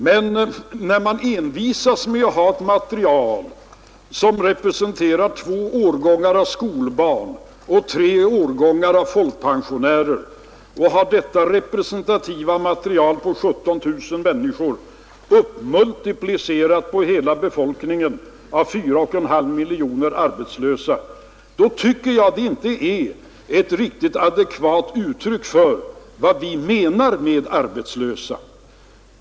Men när man envisas med att ha ett material som representerar två årgångar av skolbarn och sju årgångar av folkpensionärer och låter detta representativa material på 17 000 människor multipliceras på hela befolkningen, det vill säga 4,5 miljoner arbetsföra, så är inte detta ett riktigt adekvat uttryck för vad vi menar med arbetslöshet.